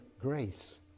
Grace